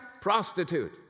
prostitute